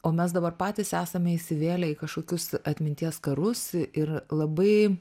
o mes dabar patys esame įsivėlę į kažkokius atminties karus ir labai